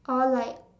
oh like